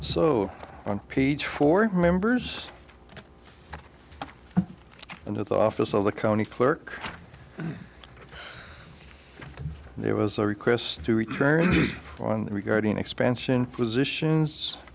so peter four members into the office of the county clerk and there was a request to return on regarding expansion positions